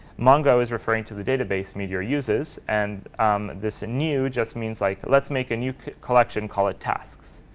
mongo is referring to the database meteor uses, and this new just means like let's make a new collection, call it tasks.